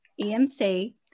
EMC